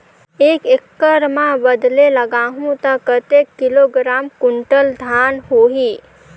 एक एकड़ मां बदले लगाहु ता कतेक किलोग्राम कुंटल धान होही?